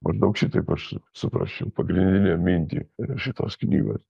maždaug šitaip aš suprasčiau pagrindinę mintį šitos knygo